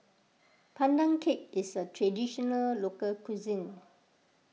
Pandan Cake is a Traditional Local Cuisine